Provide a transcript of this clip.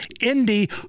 Indy